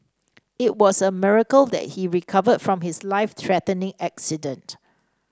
it was a miracle that he recovered from his life threatening accident